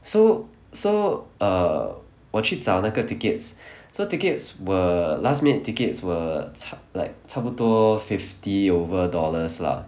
so so err 我去找那个 tickets so tickets were last minute tickets were 差 like 差不多 fifty over dollars lah